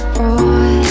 boy